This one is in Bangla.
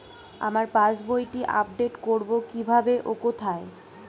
আমার পাস বইটি আপ্ডেট কোরবো কীভাবে ও কোথায়?